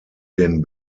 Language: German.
den